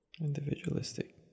Individualistic